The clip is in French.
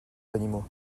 animaux